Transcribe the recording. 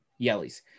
Yellies